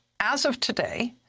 as of today,